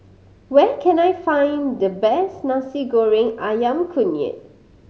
where can I find the best Nasi Goreng Ayam Kunyit